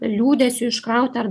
liūdesiui iškrauti ar